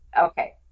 Okay